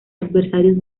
adversarios